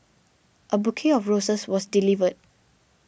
a bouquet of roses was delivered